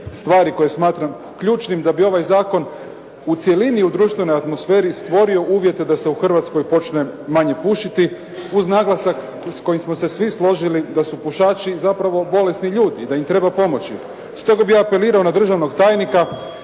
stvari koje smatram ključnim da bi ovaj zakon u cjelini u društvenoj atmosferi stvorio uvjete da se u Hrvatskoj počne manje pušiti, uz naglasak s kojim smo se svi složili da su pušači zapravo bolesni ljudi i da im treba pomoći. Stoga bih ja apelirao na državnog tajnika